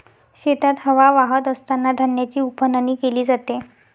शेतात हवा वाहत असतांना धान्याची उफणणी केली जाते